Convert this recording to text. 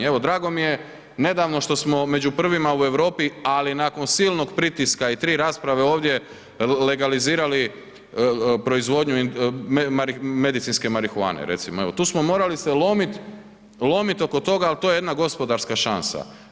Evo, drago mi je nedavno što smo među prvima u Europi, ali nakon silnog pritiska i 3 rasprave ovdje legalizirali proizvodnju medicinske marihuane, recimo, evo, tu smo morali se lomit oko toga, ali to je jedna gospodarska šansa.